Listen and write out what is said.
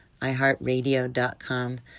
iHeartRadio.com